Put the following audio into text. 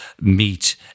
meet